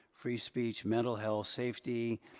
free speech, mental health, safety,